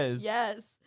Yes